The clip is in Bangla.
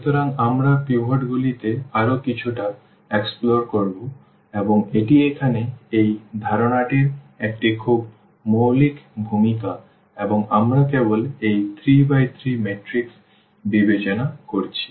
সুতরাং আমরা পিভটগুলিতে আরও কিছুটা অন্বেষণ করব এবং এটি এখানে এই ধারণাটির একটি খুব মৌলিক ভূমিকা এবং আমরা কেবল এই 3 বাই 3 ম্যাট্রিক্স বিবেচনা করছি